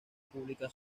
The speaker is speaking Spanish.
pública